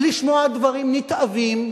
לשמוע דברים נתעבים,